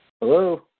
Hello